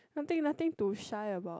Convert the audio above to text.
nothing nothing to shy about